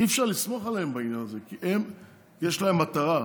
אי-אפשר לסמוך עליהם בעניין הזה, כי יש להם מטרה,